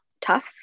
tough